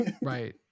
Right